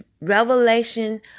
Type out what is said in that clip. revelation